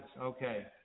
Okay